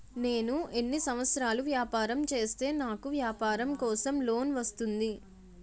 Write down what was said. నేను ఎన్ని సంవత్సరాలు వ్యాపారం చేస్తే నాకు వ్యాపారం కోసం లోన్ వస్తుంది?